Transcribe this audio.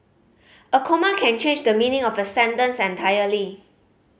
a comma can change the meaning of a sentence entirely